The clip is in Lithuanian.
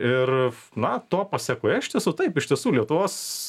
ir na to pasekoje iš tiesų taip iš tiesų lietuvos